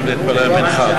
לרשותך,